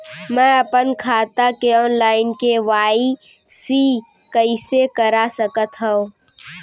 मैं अपन खाता के ऑनलाइन के.वाई.सी कइसे करा सकत हव?